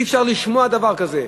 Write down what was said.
אי-אפשר לשמוע דבר כזה.